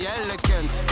elegant